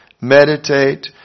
Meditate